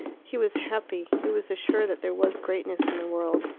he was happy he was assured that there was greatness in the world.